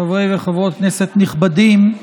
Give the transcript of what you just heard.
חברי וחברות כנסת נכבדים,